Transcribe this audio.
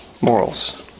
morals